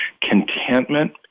Contentment